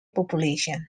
population